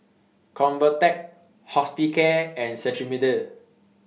Convatec Hospicare and Cetrimide